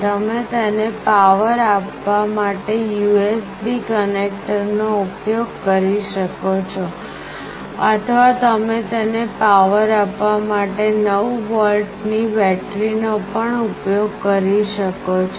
તમે તેને પાવર આપવા માટે USB કનેક્ટરનો ઉપયોગ કરી શકો છો અથવા તમે તેને પાવર આપવા માટે 9 વોલ્ટની બેટરીનો ઉપયોગ પણ કરી શકો છો